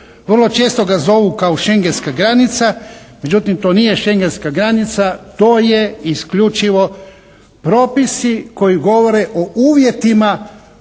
Vrlo često ga zovu kao Schengenska granica. Međutim to nije Schengenska granica, to je isključivo propisi koji govore o uvjetima